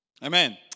Amen